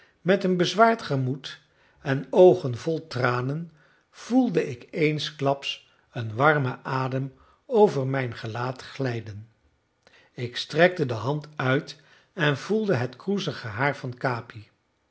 met een bezwaard gemoed en de oogen vol tranen voelde ik eensklaps een warmen adem over mijn gelaat glijden ik strekte de hand uit en voelde het kroezige haar van capi